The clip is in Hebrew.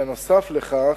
נוסף לכך,